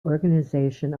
organization